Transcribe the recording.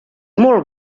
molt